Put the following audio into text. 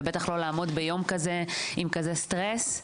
ובטח לא לעמוד ביום כזה עם כזה סטרס.